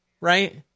right